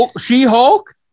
She-Hulk